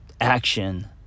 action